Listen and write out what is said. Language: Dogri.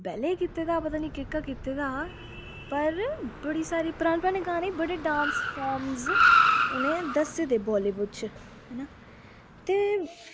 पैह्लें दा कीते दा पता नी केह्का कीते दा हा पर बड़ी सारी परानी परानी गाने बड़े डांस फार्म्स उनेंगी दस्से दा बालीबुड च हैना ते